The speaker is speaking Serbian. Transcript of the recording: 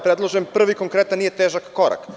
Predlažem vam prvi konkretan, nije težak, korak.